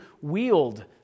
wield